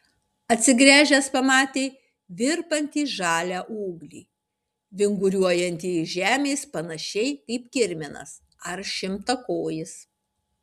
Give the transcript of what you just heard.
atsigręžęs pamatė virpantį žalią ūglį vinguriuojantį iš žemės panašiai kaip kirminas ar šimtakojis